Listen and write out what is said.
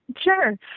Sure